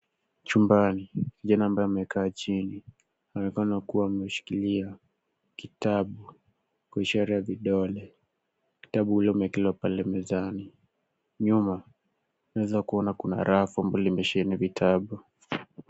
Chumbani kijana ambaye amekaa chini, anaonekana kuwa ameshikilia kitabu kwa ishara ya vidole. Kitabu iyo imewekelewa pale mezani. Nyuma unaweza kuona kuna rafu mbili limesheheni vitabu.